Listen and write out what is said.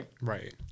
right